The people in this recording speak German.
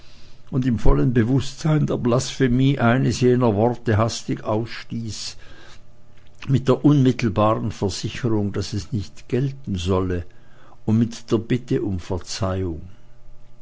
und im vollen bewußtsein der blasphemie eines jener worte hastig ausstieß mit der unmittelbaren versicherung daß es nicht gelten solle und mit der bitte um verzeihung